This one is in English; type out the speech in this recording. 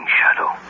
Shadow